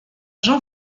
jean